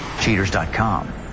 Cheaters.com